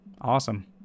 Awesome